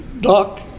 Doc